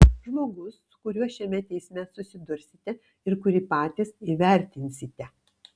žmogus su kuriuo šiame teisme susidursite ir kurį patys įvertinsite